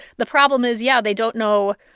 the problem is, yeah, they don't know.